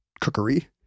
cookery